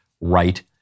right